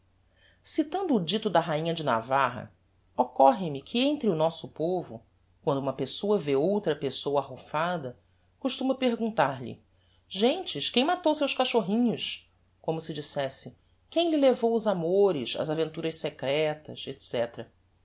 citando o dito da rainha de navarra occorre me que entre o nosso povo quando uma pessoa vê outra pessoa arrufada costuma perguntar-lhe gentes quem matou seus cachorrinhos como se dissesse quem lhe levou os amores as aventuras secretas etc